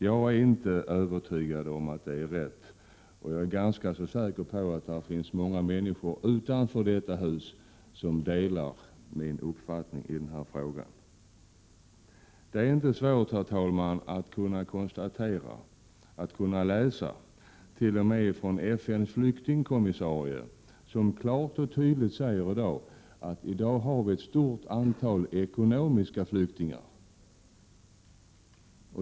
Jag är inte övertygad om att detta är rätt, och jag är ganska säker på att det finns många utanför detta hus som delar min uppfattning i denna fråga. Herr talman! Det är inte svårt att kunna konstatera— det sägert.o.m. FN:s flyktingkommissarie klart och tydligt i en rapport — att vi i dag har ett stort antal ekonomiska flyktingar.